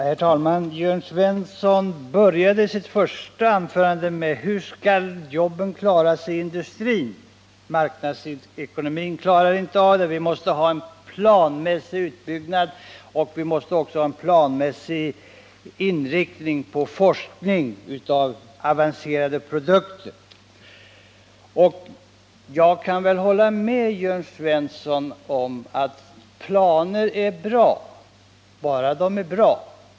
Herr talman! Jörn Svensson började sitt första anförande med att säga ungefär följande: Hur skall jobben räddas i industrin? Marknadsekonomin klarar inte av det. Vi måste ha en planmässig utbyggnad och en planmässig inriktning på forskning och utveckling av avancerade produkter. Jag kan hålla med Jörn Svensson om att planer är bra, bara de är bra.